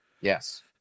Yes